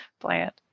plant